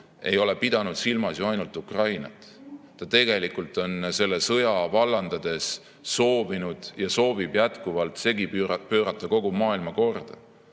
pidanud silmas ainult Ukrainat. Tegelikult on ta selle sõja vallandades soovinud ja soovib jätkuvalt segi pöörata kogu maailmakorda,